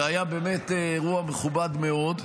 והיה באמת אירוע מכובד מאוד.